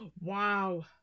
Wow